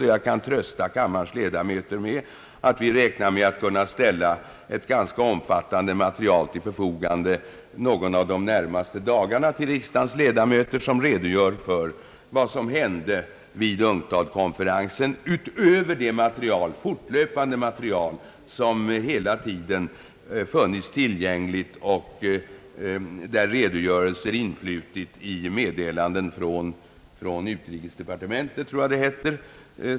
Jag kan också trösta kammarens ledamöter med att vi räknar med att någon av de närmaste dagarna kunna ställa ett rätt omfattande material till förfogande som redogör för vad som hände vid UNCTAD-konferensen, alltså utöver det fortlöpande material som hela tiden funnits tillgängligt i Meddelanden från utrikesdepartementet.